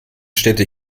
städte